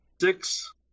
six